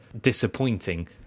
disappointing